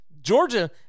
Georgia